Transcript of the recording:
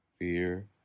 Fear